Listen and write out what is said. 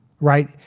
right